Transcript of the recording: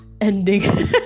ending